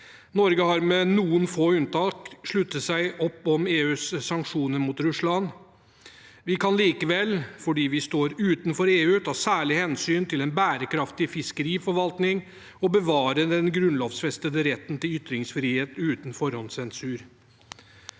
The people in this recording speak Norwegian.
Norge har, med noen få unntak, sluttet opp om EUs sanksjoner mot Russland. Vi kan likevel, fordi vi står utenfor EU, ta særlig hensyn til en bærekraftig fiskeriforvaltning og bevare den grunnlovfestede retten til ytringsfrihet uten forhåndssensur.